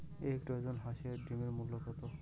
এক ডজন হাঁসের ডিমের মূল্য কত?